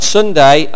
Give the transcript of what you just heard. Sunday